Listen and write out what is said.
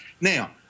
Now